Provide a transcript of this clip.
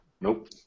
Nope